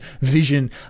vision